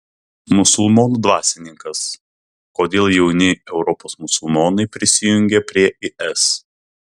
musulmonų dvasininkas kodėl jauni europos musulmonai prisijungia prie is